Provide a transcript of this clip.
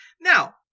Now